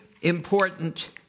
important